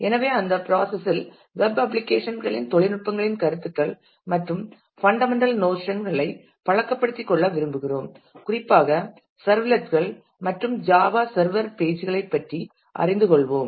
எனவே அந்தச் ப்ராசஸ் இல் வெப் அப்ளிகேஷன் களின் தொழில்நுட்பங்களின் கருத்துகள் மற்றும் ஃபண்டமென்டல் நோசன் களை பழக்கப்படுத்திக்கொள்ள விரும்புகிறோம் குறிப்பாக சர்வ்லெட் கள் மற்றும் ஜாவா சர்வர் பேஜ் களைப் பற்றி அறிந்து கொள்வோம்